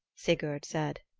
sigurd said.